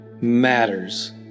matters